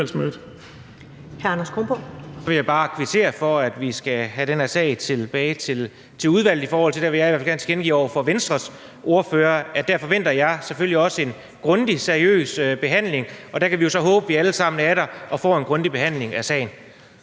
jeg bare kvittere for, at vi skal have den her sag tilbage i udvalget, i forhold til der, hvor vi er. Jeg vil gerne tilkendegive over for Venstres ordfører, at der forventer jeg selvfølgelig også en grundig og seriøs behandling, og der kan vi jo så håbe, at vi alle sammen er der og får en grundig behandling af sagen.